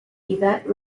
yvette